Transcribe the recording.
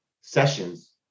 sessions